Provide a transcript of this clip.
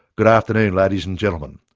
good afternoon ladies and gentlemen.